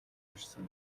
ирсэн